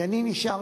כי אני נשארתי,